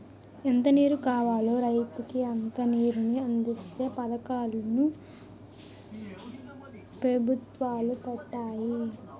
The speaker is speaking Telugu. ఎంత నీరు కావాలో రైతుకి అంత నీరుని అందించే పథకాలు ను పెభుత్వాలు పెట్టాయి